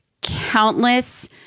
countless